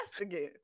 again